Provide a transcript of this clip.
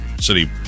city